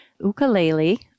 ukulele